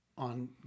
on